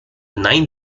nine